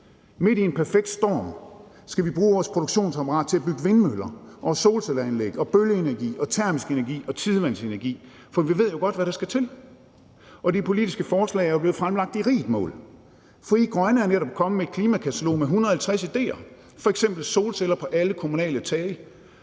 Midt i en perfekt storm skal vi bruge vores produktionsapparat til at bygge vindmøller, solcelleanlæg, bølgeenergi, termisk energi og tidevandsenergi. For vi ved jo godt, hvad der skal til, og de politiske forslag er blevet fremlagt i rigt mål. Frie Grønne er netop kommet med et klimakatalog med 150 idéer, f.eks. solceller på alle kommunale tage.